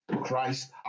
Christ